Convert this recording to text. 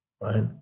Right